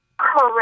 Correct